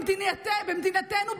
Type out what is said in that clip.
במדינתנו,